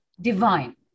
divine